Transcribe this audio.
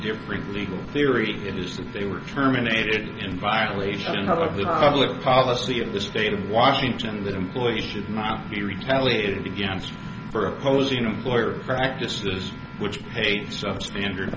different legal theory is that they were terminated in violation of the public policy of the state of washington that employees should not be retaliated against for opposing employer practices which paid substandard